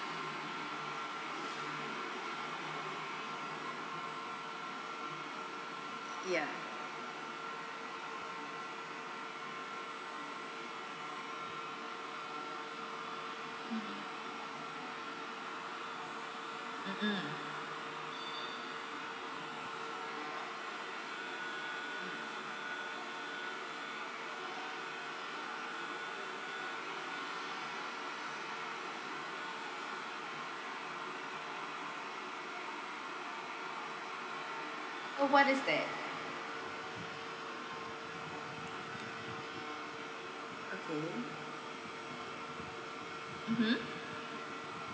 ya mm oh what is that okay mmhmm